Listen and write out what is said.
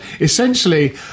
Essentially